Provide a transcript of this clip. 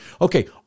Okay